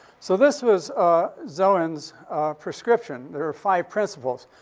so this was zoen's prescription. there were five principles.